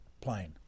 plane